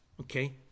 Okay